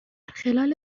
خلال